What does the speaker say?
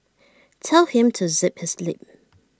tell him to zip his lip